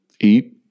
eat